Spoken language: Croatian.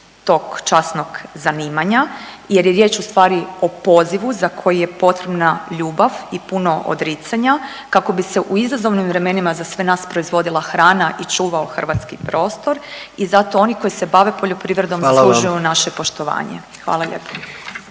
tog časnog zanimanja, jer je riječ u stvari o pozivu za koji je potrebna ljubav i puno odricanja kako i se u izazovnim vremenima za sve nas proizvodila hrana i čuvao hrvatski prostor. I zato oni koji se bave poljoprivredom zaslužuju naše poštovanje. Hvala vam lijepo.